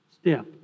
step